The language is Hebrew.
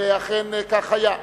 ואכן כך היה.